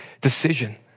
decision